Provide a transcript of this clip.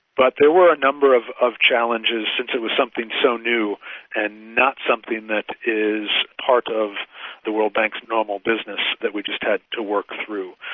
but there were a number of of challenges since it was something so new and not something that is part of the world bank's normal business that we just had to work through.